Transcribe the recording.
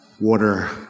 water